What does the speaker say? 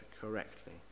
correctly